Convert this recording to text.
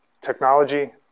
technology